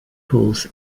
pools